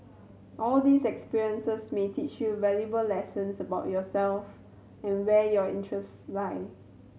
all these experiences may teach you valuable lessons about yourself and where your interests lie